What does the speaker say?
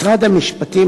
משרד המשפטים,